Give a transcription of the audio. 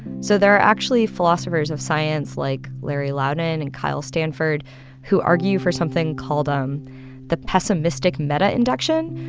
so there are actually philosophers of science like larry laudan and kyle stanford who argue for something called um the pessimistic meta-induction,